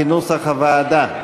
כנוסח הוועדה.